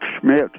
Schmidt